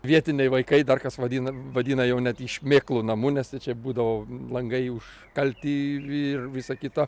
vietiniai vaikai dar kas vadina vadina jau net jį šmėklų namu nes tai čia būdavo langai užkalti ir visa kita